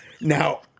Now